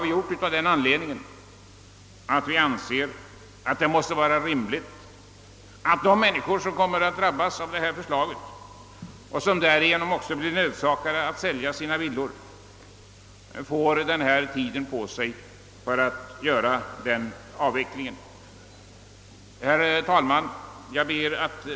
Vi anser nämligen alt det måste vara rimligt, att de människor som drabbas av de nya reglerna och som därigenom kanske blir nödsakade att sälja sina villor, får tid på sig för försäljning och anskaffning av ny bostad. Herr talman!